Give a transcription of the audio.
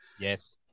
Yes